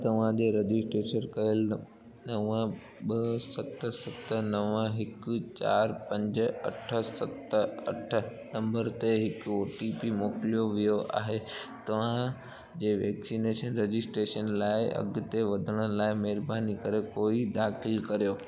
तव्हांजे रजिस्टर कयल नव ॿ सत सत नव हिकु चारि पंज अठ सत अठ नंबर ते हिक ओ टी पी मोकिलियो वियो आहे तव्हांजे वैक्सीन रजिस्ट्रेशन लाइ अॻिते वधण लाइ महिरबानी करे इहो दाख़िल करियो